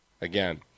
again